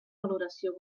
valoració